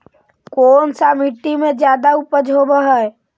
कोन सा मिट्टी मे ज्यादा उपज होबहय?